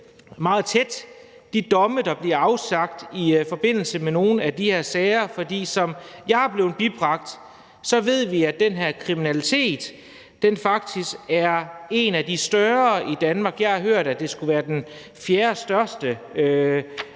følge de domme, der bliver afsagt i forbindelse med nogle af de her sager, for som jeg er blevet bibragt, ved vi, at den her kriminalitet faktisk er en af de større i Danmark. Jeg har hørt, at det skulle være den fjerdestørste